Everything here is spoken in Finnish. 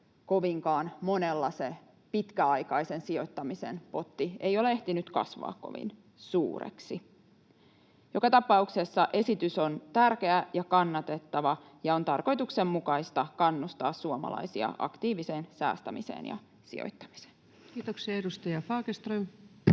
kovinkaan monella se pitkäaikaisen sijoittamisen potti ei ole ehtinyt kasvaa kovin suureksi. Joka tapauksessa esitys on tärkeä ja kannatettava, ja on tarkoituksenmukaista kannustaa suomalaisia aktiiviseen säästämiseen ja sijoittamiseen. [Speech 127] Speaker: